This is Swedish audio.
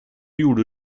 gjorde